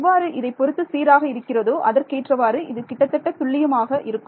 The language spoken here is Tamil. எவ்வாறு இரட்டை பொருத்து சீராக இருக்கிறதோ அதற்கேற்றவாறு இது கிட்டத்தட்ட துல்லியமாக இருக்கும்